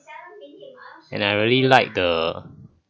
and I really like the